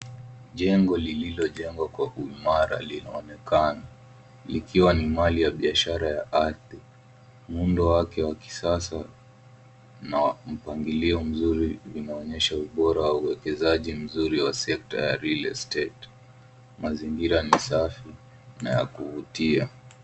Jengo lililojengwa kwa uimara linaonekana, likiwa ni mali ya biashara ya ardhi. Muundo wake wa kisasa na mpangilio mzuri, unaonyesha ubora wa uwekezaji mzuri wa sekta ya real estate . Mazingira ni safi na ya kuvutia.